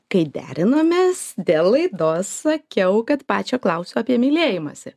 kai derinomės dėl laidos sakiau kad pačio klausiu apie mylėjimąsi